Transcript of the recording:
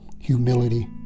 humility